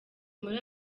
muri